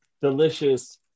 delicious